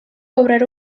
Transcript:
cobrar